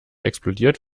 explodiert